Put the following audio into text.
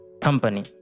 company